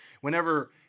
Whenever